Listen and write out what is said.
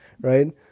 right